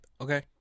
Okay